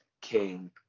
King